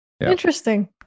Interesting